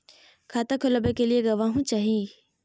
खाता खोलाबे के लिए गवाहों चाही?